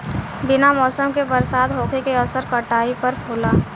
बिना मौसम के बरसात होखे के असर काटई पर होला